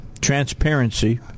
transparency